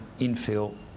infill